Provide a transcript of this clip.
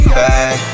back